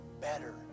better